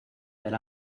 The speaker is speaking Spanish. del